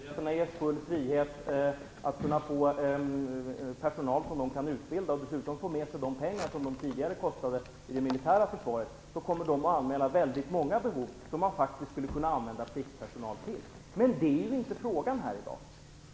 Fru talman! Om myndigheterna ges full frihet att få personal som de kan utbilda och dessutom får med sig de pengar som de tidigare kostade i det militära försvaret, kommer de självfallet att anmäla väldigt många behov, som man skulle kunna använda pliktpersonal till. Men det är inte frågan i dag.